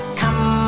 come